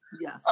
yes